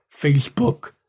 Facebook